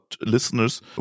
listeners